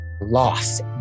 loss